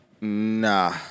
Nah